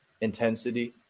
intensity